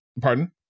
pardon